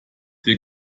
der